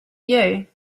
you